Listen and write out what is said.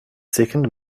second